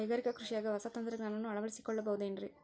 ಕೈಗಾರಿಕಾ ಕೃಷಿಯಾಗ ಹೊಸ ತಂತ್ರಜ್ಞಾನವನ್ನ ಅಳವಡಿಸಿಕೊಳ್ಳಬಹುದೇನ್ರೇ?